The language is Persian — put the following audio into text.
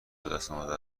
بهدستآمده